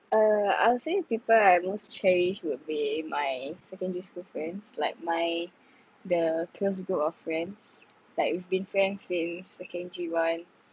uh I'll say people I most cherish would be my secondary school friends like my the close group of friends like we've been friends since secondary one